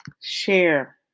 Share